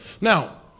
now